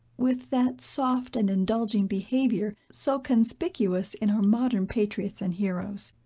with that soft and indulging behavior, so conspicuous in our modern patriots and heroes.